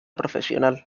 profesional